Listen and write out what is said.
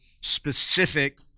specific